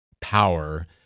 power